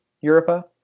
europa